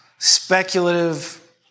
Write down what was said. Speculative